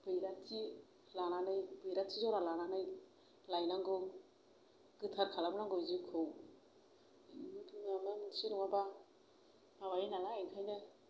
बैराथि लानानै बैराथि जरा लानानै लायनांगौ गोथार खालामनांगौ जिउखौ माबा मोनसे नङाबा माबायो नालाय ओंखायनो